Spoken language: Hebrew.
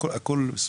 הכול מסודר.